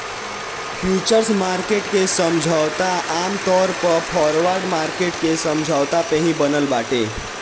futures market के समझौता आमतौर पअ फॉरवर्ड मार्किट के समझौता पे ही बनल बाटे